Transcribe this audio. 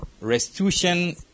Restitution